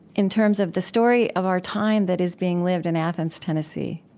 in terms of the story of our time that is being lived in athens, tennessee?